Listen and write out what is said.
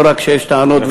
לא רק שיש טענות,